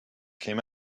came